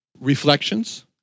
reflections